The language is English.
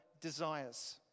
desires